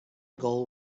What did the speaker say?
goal